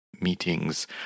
meetings